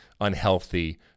unhealthy